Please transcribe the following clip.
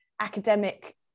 academic